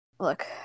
Look